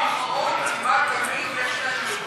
בעשור האחרון כמעט תמיד יש כאן גביית,